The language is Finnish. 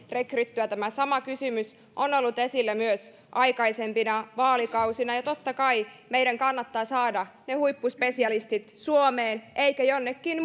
rekryttyä tämä sama kysymys on ollut esillä myös aikaisempina vaalikausina ja totta kai meidän kannattaa saada ne huippuspesialistit suomeen eikä jonnekin